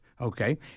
Okay